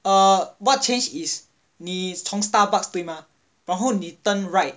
uh what change is 你从 starbucks 对吗然后你 turn right